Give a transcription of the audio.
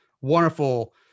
wonderful